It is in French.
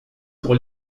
pour